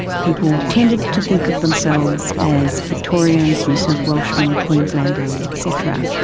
people tended to think of themselves as victorians, new south welshman, queenslanders, et cetera,